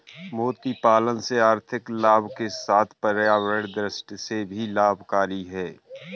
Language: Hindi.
मोती पालन से आर्थिक लाभ के साथ पर्यावरण दृष्टि से भी लाभकरी है